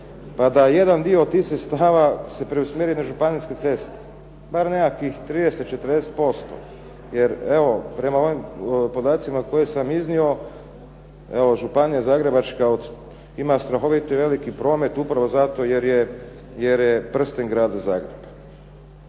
pa da jedan dio tih sredstava se preusmjeri na županijske ceste, bar nekakvih 30, 40%. Jer evo prema ovim podacima koje sam iznio, evo županija Zagrebačka od ima strahovito veliki promet upravo zato jer je prsten Grada Zagreba.